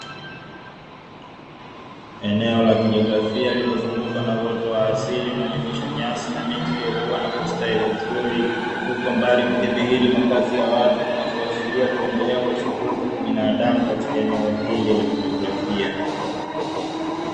Eneo la kijografia lililozungukwa na uoto wa asili inayojumuisha nyasi na miti iliyokuwa na kustawi vizuri, huku mbali kukishihiri makazi ya watu kunakoashiria kuendelea kwa shughuli za kibinadamu, katika eneo hili la kijografia.